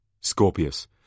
Scorpius